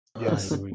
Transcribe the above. Yes